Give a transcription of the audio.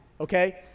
okay